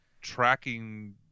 tracking